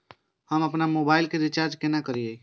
हम आपन मोबाइल के रिचार्ज केना करिए?